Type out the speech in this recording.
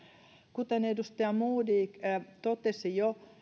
kuten edustaja modig jo totesi